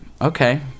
Okay